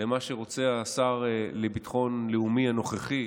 למה שרוצה השר לביטחון לאומי הנוכחי,